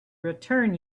return